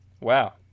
Wow